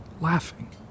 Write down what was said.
laughing